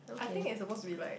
I think is suppose to be like